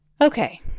Okay